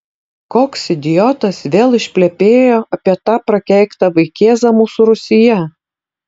koks idiotas vėl išplepėjo apie tą prakeiktą vaikėzą mūsų rūsyje